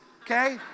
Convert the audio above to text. okay